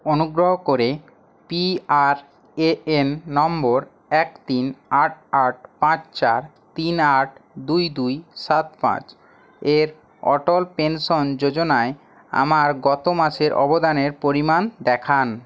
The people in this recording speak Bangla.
অনুগ্রহ করে পিআরএএন নম্বর এক তিন আট আট পাঁচ চার তিন আট দুই দুই সাত পাঁচ এর অটল পেনশন যোজনায় আমার গত মাসের অবদানের পরিমাণ দেখান